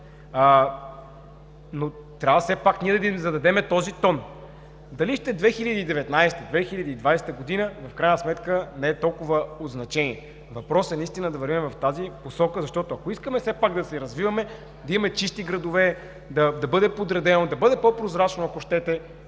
но трябва все пак ние да им зададем този тон. Дали ще е 2019 или 2020 г., в крайна сметка не е толкова от значение. Въпросът е наистина да вървим в тази посока защото ако искаме все пак да се развиваме, да има чисти градове, да бъде подредено, да бъде по-прозрачно, ако щете,